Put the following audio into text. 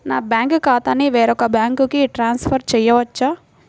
నా బ్యాంక్ ఖాతాని వేరొక బ్యాంక్కి ట్రాన్స్ఫర్ చేయొచ్చా?